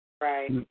right